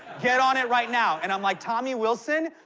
get on it right now. and i'm like, tommy wilson,